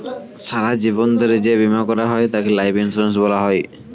সারা জীবন ধরে যে বীমা করা হয় তাকে লাইফ ইন্স্যুরেন্স বলা হয়